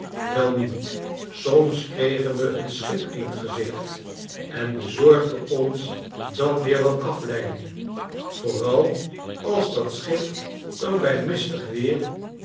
welnu soms kregen we een schip in t gezicht en bezorgde ons dat weer wat afleiding vooral als dat schip er bij mistig weer